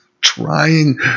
trying